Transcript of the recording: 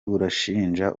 burashinja